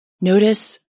Notice